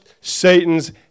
Satan's